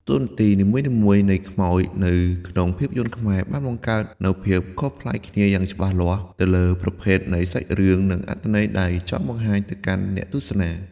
តួនាទីនីមួយៗនៃខ្មោចនៅក្នុងភាពយន្តខ្មែរបានបង្កើតនូវភាពខុសប្លែកគ្នាយ៉ាងច្បាស់លាស់ទៅលើប្រភេទនៃសាច់រឿង និងអត្ថន័យដែលចង់បង្ហាញទៅកាន់អ្នកទស្សនា។